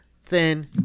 thin